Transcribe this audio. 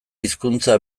hizkuntza